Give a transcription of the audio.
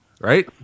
Right